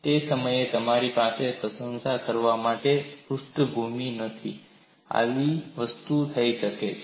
તે સમયે તમારી પાસે પ્રશંસા કરવા માટે પૃષ્ઠભૂમિ નથી કે શું આવી વસ્તુ થઈ શકે છે